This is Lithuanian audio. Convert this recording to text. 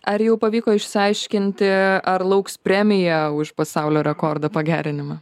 ar jau pavyko išsiaiškinti ar lauks premija už pasaulio rekordą pagerinimą